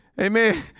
Amen